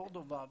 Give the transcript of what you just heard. קורדובה,